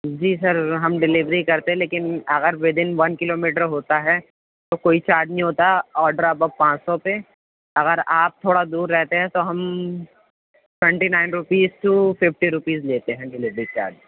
جی sir ہم delivery کرتے لیکن اگر within one kilometre ہوتا ہے تو کوئی چارج نہیں ہوتا آرڈر اب پانچ سو پہ اگر آپ تھوڑا دور رہتے ہیں تو ہم twenty nine rupees to fifty rupees لیتے ہیں ڈلیوری چارج